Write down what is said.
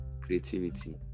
creativity